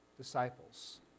disciples